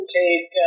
take